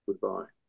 goodbye